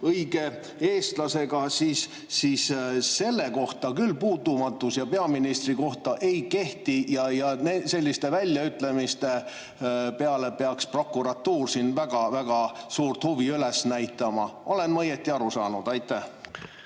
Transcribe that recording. õige eestlasega, siis selline puutumatus küll peaministri kohta ei kehti ja selliste väljaütlemiste vastu peaks prokuratuur väga suurt huvi üles näitama. Olen ma õieti aru saanud? Aitäh!